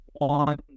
On